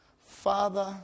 Father